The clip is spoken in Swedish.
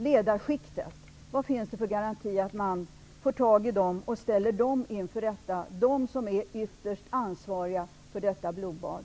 Vad finns det som sagt för garantier för att man får tag i dem och kan ställa dem inför rätta, som ju är ytterst ansvariga för detta blodbad?